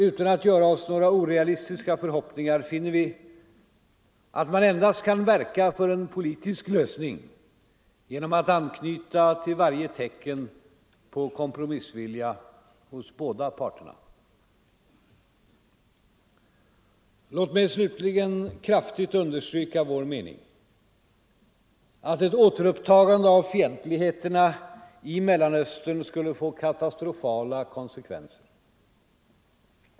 Utan att göra oss några orealistiska förhoppningar finner vi att man endast kan verka för en politisk lösning genom att anknyta till varje tecken på kompromissvilja hos båda parterna. Låt mig slutligen kraftigt understryka vår mening, att ett återupptagande av fientligheterna i Mellanöstern skulle få katastrofala konsekvenser.